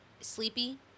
Sleepy